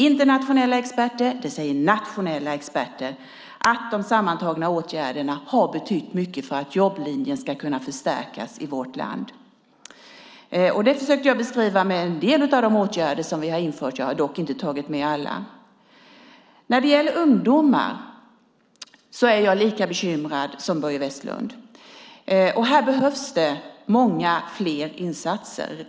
Internationella och nationella experter säger att de sammantagna åtgärderna har betytt mycket för att jobblinjen ska kunna förstärkas i vårt land. Det försökte jag beskriva med en del av de åtgärder som vi har infört. Jag har dock inte tagit med alla. När det gäller ungdomar är jag lika bekymrad som Börje Vestlund. Här behövs det många fler insatser.